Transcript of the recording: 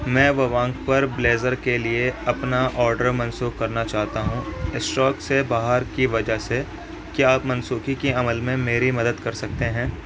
میں ووانک پر بلیزر کے لیے اپنا آرڈر منسوخ کرنا چاہتا ہوں اسٹاک سے باہر کی وجہ سے کیا آپ منسوخی کے عمل میں میری مدد کر سکتے ہیں